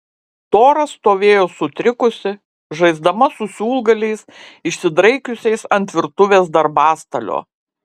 tora stovėjo sutrikusi žaisdama su siūlgaliais išsidraikiusiais ant virtuvės darbastalio